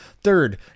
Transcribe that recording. Third